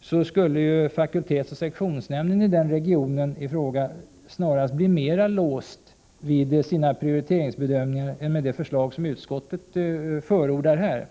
sen, skulle fakultets/sektionsnämnden i regionen i fråga snarast bli mera låst vid sina prioriteringsbedömningar än med det förslag som utskottet här förordar.